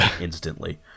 instantly